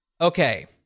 Okay